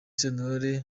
sentore